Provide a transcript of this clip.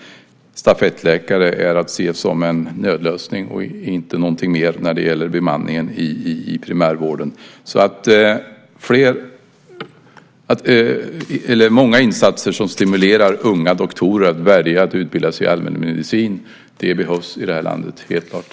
Stafettläkare är att se som en nödlösning och inte någonting mer när det gäller bemanningen i primärvården. Många insatser som stimulerar unga doktorer att välja att utbilda sig i allmänmedicin behövs helt klart i det här landet.